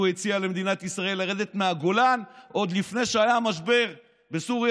הוא הציע למדינת ישראל לרדת מהגולן עוד לפני שהיה המשבר בסוריה,